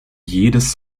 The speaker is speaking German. jedes